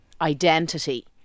identity